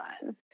fun